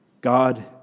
God